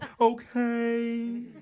okay